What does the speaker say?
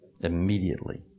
immediately